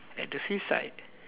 at the seaside